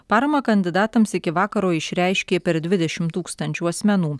paramą kandidatams iki vakaro išreiškė per dvidešimt tūkstančių asmenų